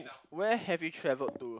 where have you traveled to